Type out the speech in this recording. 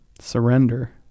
Surrender